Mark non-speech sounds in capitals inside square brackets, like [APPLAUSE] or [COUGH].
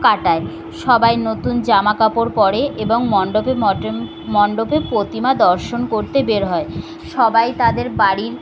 কাটায় সবাই নতুন জামা কাপড় পরে এবং মণ্ডপে [UNINTELLIGIBLE] মণ্ডপে প্রতিমা দর্শন করতে বের হয় সবাই তাদের বাড়ির